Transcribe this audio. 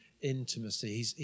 intimacy